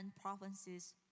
provinces